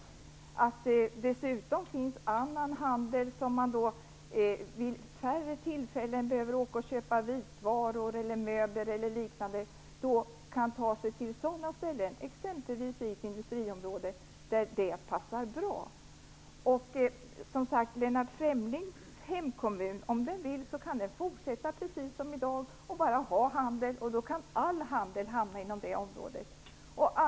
Detsamma gäller för annan handel, dvs. att då man vid färre tillfällen behöver åka ut för att köpa vitvaror, möbler e.d. skall det finnas butiker också för detta, exempelvis i ett industriområde som passar bra för detta. Om Lennart Fremlings hemkommun vill det, kan den, som sagt, fortsätta precis som i dag, och då kan all handel hamna inom det berörda området.